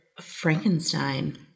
Frankenstein